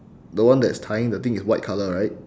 the one that's tying the thing is white colour right